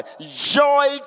Joy